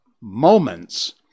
moments